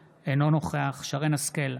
אינו נוכח צחי הנגבי, אינו נוכח שרן מרים השכל,